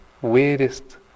weirdest